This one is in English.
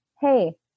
Hey